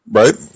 right